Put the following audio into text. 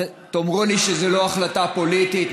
תאמרו לי שזו לא החלטה פוליטית?